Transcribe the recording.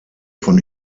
von